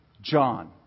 John